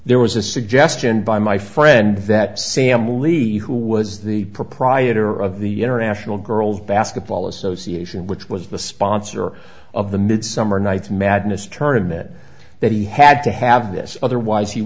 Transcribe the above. there was a suggestion by my friend that sam a leader who was the proprietor of the international girls basketball association which was the sponsor of the midsummer night's madness tournaments that he had to have this otherwise